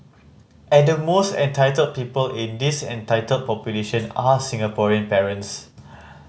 and the most entitled people in this entitled population are Singaporean parents